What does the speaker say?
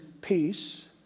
peace